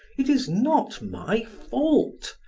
it is not my fault.